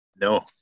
No